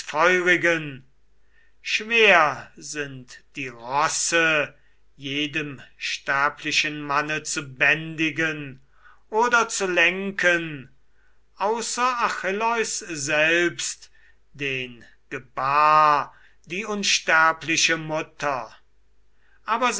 schwer sind die rosse jedem sterblichen manne zu bändigen oder zu lenken außer achilleus selbst den gebar die unsterbliche mutter aber